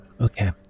okay